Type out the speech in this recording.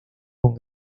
con